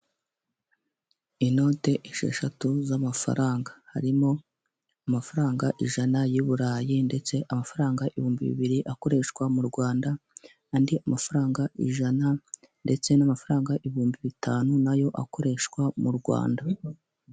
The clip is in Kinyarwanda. Inode esheshatu z'amafaranga, harimo amafaranga ijana y'i burayi, ndetse amafaranga ibihumbi bibiri akoreshwa mu Rwanda, andi mafaranga ijana, ndetse n'amafaranga ibihumbi bitanu nayo akoreshwa mu Rwanda.